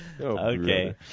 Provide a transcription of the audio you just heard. Okay